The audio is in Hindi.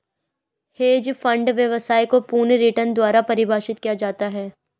हैंज फंड व्यवसाय को पूर्ण रिटर्न द्वारा परिभाषित किया जाता है